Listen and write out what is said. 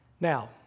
Now